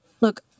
look